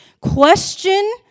question